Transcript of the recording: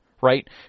right